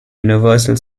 universal